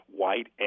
white